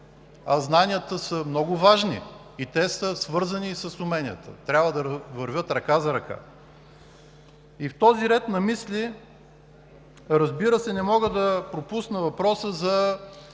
А знанията са много важни и са свързани с уменията, и трябва да вървят ръка за ръка. И в този ред на мисли, разбира се, не мога да пропусна въпроса за